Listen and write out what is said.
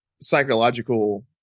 psychological